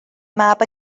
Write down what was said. mab